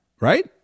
right